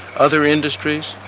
other industries,